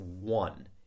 one